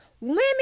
Women